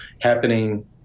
happening